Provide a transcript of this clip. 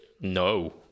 no